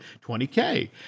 20K